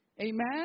Amen